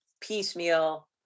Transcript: piecemeal